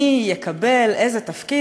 מי יקבל איזה תפקיד,